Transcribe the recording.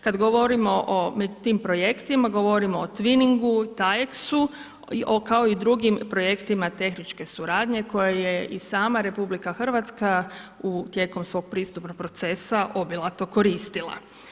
Kad govorimo o tim projektima, govorimo o twiningu, ... kao i drugim projektima tehničke suradnje koja je i sama RH tijekom svog pristupnog procesa obilato koristila.